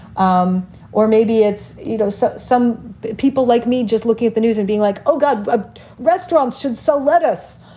um or maybe it's you know, so some people like me just looking at the news and being like, oh, god, ah restaurants should select us.